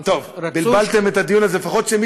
טוב,